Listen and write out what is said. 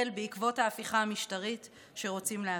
בעקבות ההפיכה המשטרית שרוצים להעביר,